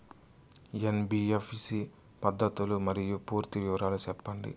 NBFC పద్ధతులు మరియు పూర్తి వివరాలు సెప్పండి?